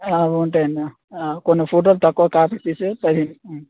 ఉంటాయి అండి కొన్ని ఫొటోలు తక్కువ కాపీ తీసి పది